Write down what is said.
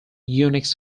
unix